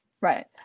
Right